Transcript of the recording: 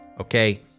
okay